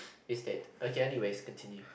is that okay anyways continue